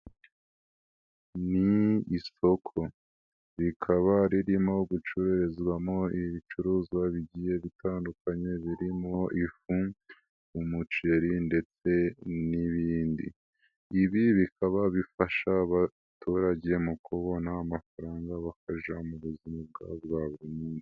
Ni isoko rikaba ririmo gucururizwamo ibicuruzwa bigiye bitandukanye birimo ifu, umuceri ndetse n'ibindi bikaba bifasha abaturage mu kubona amafaranga abafasha mu buzima bwabo bwa buri munsi.